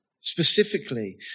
specifically